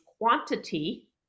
quantity